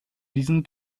diesen